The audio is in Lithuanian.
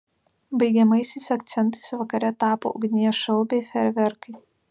baigiamaisiais akcentais vakare tapo ugnies šou bei fejerverkai